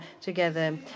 together